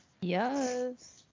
yes